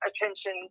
attention